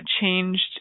changed